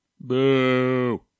Boo